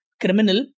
criminal